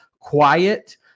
Quiet